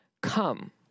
Come